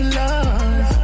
love